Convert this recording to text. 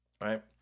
right